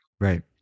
Right